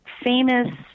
famous